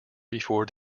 before